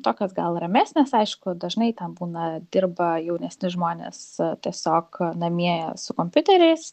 tokios gal ramesnės aišku dažnai ten būna dirba jaunesni žmonės tiesiog namie su kompiuteriais